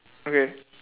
okay